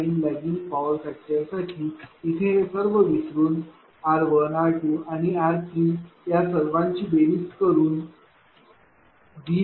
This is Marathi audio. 9 लैगिंग पॉवर फॅक्टर साठी इथे हे सर्व विसरून r1 r2आणि r3 या सर्वांची बेरीज करून VDC500